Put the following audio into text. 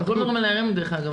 --- לא מדברים על נערים דרך אגב,